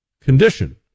condition